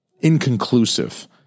inconclusive